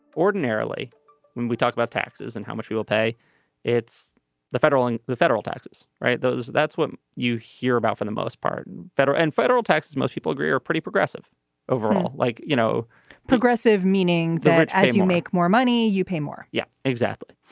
ordinarily when we talk about taxes and how much we will pay it's the federal and the federal taxes. all right. those that's what you hear about for the most part and federal and federal taxes most people agree are pretty progressive overall like you know progressive meaning that you make more money you pay more yeah exactly.